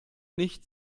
nicht